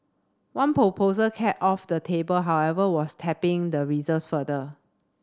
one proposal kept off the table however was tapping the reserves further